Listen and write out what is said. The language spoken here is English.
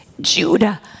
Judah